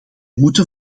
moeten